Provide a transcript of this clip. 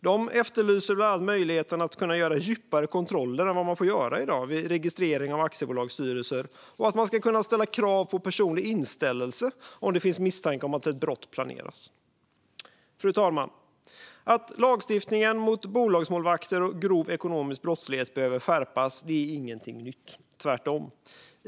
De efterlyser bland annat möjligheten att göra djupare kontroller än vad man får göra i dag vid registrering av aktiebolagsstyrelser och möjligheten att ställa krav på personlig inställelse om det finns misstanke om att ett brott planeras. Fru talman! Att lagstiftningen mot bolagsmålvakter och grov ekonomisk brottslighet behöver skärpas är ingenting nytt - tvärtom.